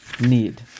need